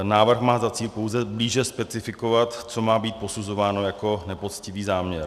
Návrh má za cíl pouze blíže specifikovat, co má být posuzováno jako nepoctivý záměr.